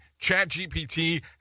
ChatGPT